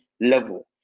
level